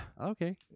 Okay